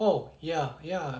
oh ya ya